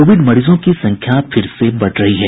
Covid मरीजों की संख्या फिर से बढ़ रही है